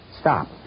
stop